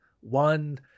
one